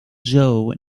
joe